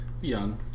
young